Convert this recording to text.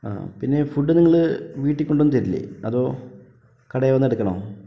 ആ പിന്നെ ഫുഡ് നിങ്ങൾ വീട്ടിൽ കൊണ്ടുവന്നു തരില്ലേ അതോ കടയിൽവന്നെടുക്കണോ